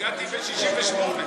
הגעתי ב-1968.